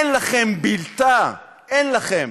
אין לכם בלתו, אין לכם,